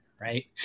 right